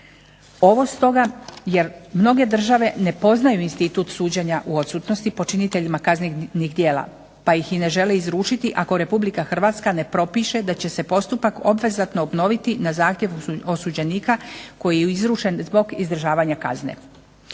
Ovo stoga jer mnoge države ne poznaju institut suđenja u odsutnosti počiniteljima kaznenih djela pa ih ni ne žele izručiti ako RH ne propiše da će se postupak obvezatno obnoviti na zahtjev osuđenika koji je izručen zbog izdržavanja kazne.